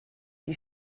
die